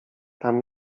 tam